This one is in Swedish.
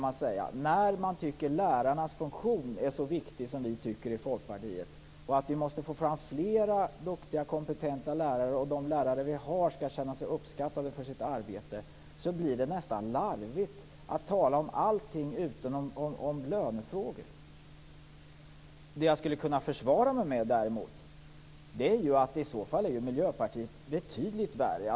Men när man tycker att lärarnas funktion är så viktig som vi tycker i Folkpartiet, och att det måste komma fram fler, duktiga och kompetenta lärare, och de lärare vi har skall känna sig uppskattade för sitt arbete, blir det nästan larvigt att tala om allting utom lönefrågor. I så fall skulle jag kunna försvara mig med att Miljöpartiet är betydligt värre.